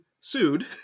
sued